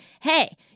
hey